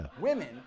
Women